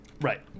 Right